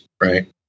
right